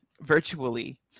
virtually